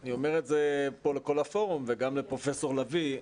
אני אומר את זה פה לכל הפורום וגם לפרופ' לביא,